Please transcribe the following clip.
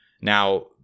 now